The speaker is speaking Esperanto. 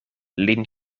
lin